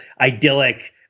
idyllic